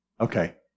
Okay